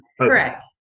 correct